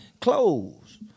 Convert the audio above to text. clothes